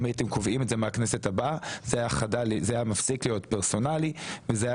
אם הייתם קובעים את זה מהכנסת הבאה זה היה מפסיק להיות פרסונלי וזה היה